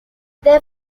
their